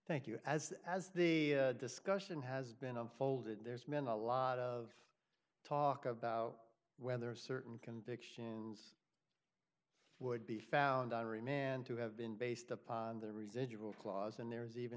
thank you as as the discussion has been unfolded there's been a lot of talk about whether certain convictions would be found on remand to have been based upon the residual clause and there's even